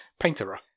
Painterer